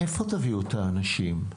מאיפה תביאו את האנשים?